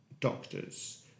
doctors